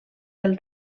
del